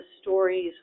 stories